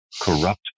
corrupt